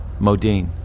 Modine